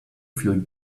feel